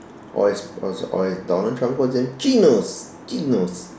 or as or as or as Donald Trump calls them chinos chinos